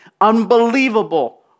unbelievable